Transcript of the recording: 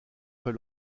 fait